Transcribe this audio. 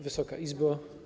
Wysoka Izbo!